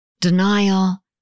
denial